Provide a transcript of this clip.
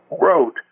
wrote